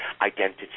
identity